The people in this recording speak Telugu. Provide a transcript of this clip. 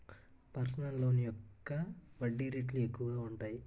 పర్సనల్ లోన్ యొక్క వడ్డీ రేట్లు ఎక్కువగా ఉంటాయి